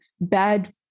bad